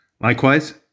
Likewise